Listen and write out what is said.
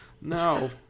No